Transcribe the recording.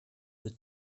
the